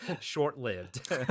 short-lived